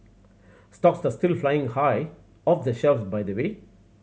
stocks the still flying high off the shelves by the way